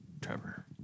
Trevor